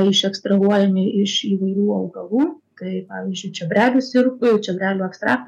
išekstraguojami iš įvairių augalų kaip pavyzdžiui čiobrelių sirupo čiobrelių ekstrakto